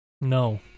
no